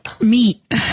meat